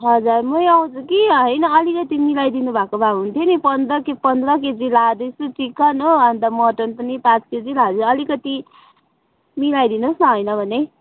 हजुर मै आउँछु कि होइन अलिकति मिलाइदिनु भएको भए हुन्थ्यो नि पन्ध्र के पन्ध्र केजी लाँदैछु चिकन हो अन्त मटन पनि पाँच केजी लाँदै अलिकति मिलाइदिनुहोस् न होइन भने